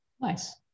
Nice